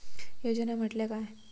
योजना म्हटल्या काय?